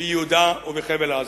ביהודה ובחבל-עזה.